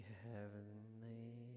heavenly